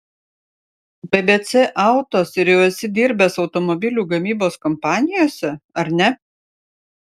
bbc autos ir jau esi dirbęs automobilių gamybos kompanijose ar ne